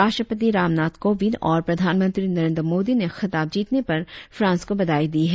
राष्ट्रपति रामनाथ कोविन्द और प्रधानमंत्री नरेंद्र मोदी ने खिताब जीतने पर फ्रांस को बधाई दी है